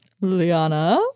Liana